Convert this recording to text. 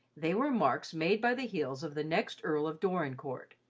they were marks made by the heels of the next earl of dorincourt,